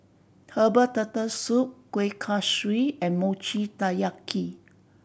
herbal Turtle Soup Kueh Kaswi and Mochi Taiyaki